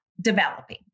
Developing